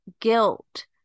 guilt